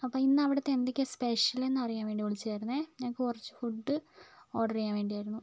അപ്പോൾ ഇന്നവിടുത്തെ എന്തൊക്കെയാണ് സ്പെഷ്യല് എന്നറിയാൻ വേണ്ടി വിളിച്ചതായിരുന്നു ഞങ്ങൾക്ക് കുറച്ച് ഫുഡ് ഓർഡർ ചെയ്യാൻ വേണ്ടിയായിരുന്നു